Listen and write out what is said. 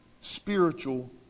spiritual